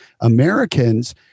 americans